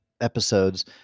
episodes